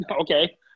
Okay